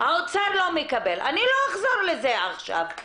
האוצר לא מקבל, אני לא אחזור לזה עכשיו.